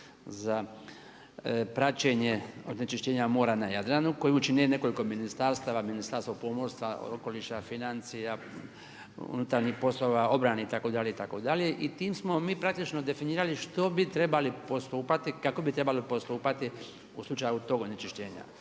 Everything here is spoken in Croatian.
za praćenje onečišćenja mora na Jadranu koje čini nekoliko ministarstava, Ministarstvo pomorstva, okoliša, financija, unutarnjih poslova, obrane itd., itd. i tim smo mi praktično definirali što bi trebali postupati, kako bi trebali postupati u slučaju tog onečišćenja.